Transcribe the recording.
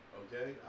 okay